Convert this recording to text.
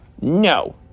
no